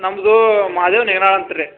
ನಮ್ಮದು ಮಾದೇವ್ ನೇನಾ ಅಂತ ರೀ